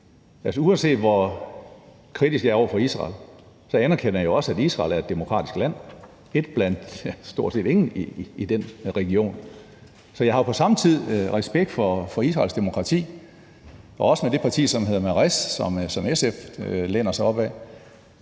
uanset hvor kritisk jeg er over for Israel, anerkender jeg jo også, at Israel er et demokratisk land – et land blandt stort set ingen i den region. Så jeg har jo på samme tid respekt for Israels demokrati, også det parti, som hedder Meretz, som SF læner sig op ad.